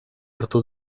hartu